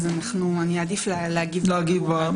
אני אעדיף להגיב בדיון הבא.